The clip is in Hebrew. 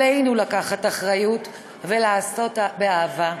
עלינו לקחת אחריות ולעשות באהבה.